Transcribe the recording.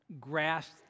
grasp